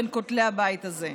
בין כותלי הבית הזה.